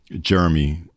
Jeremy